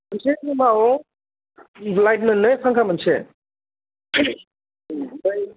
मोनसे रुमाव लाइट मोन्नै फांखा मोनसे ओमफ्राय